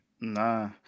Nah